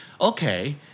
okay